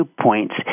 points